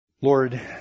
Lord